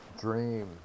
dream